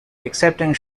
accepting